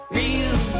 real